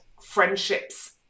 friendships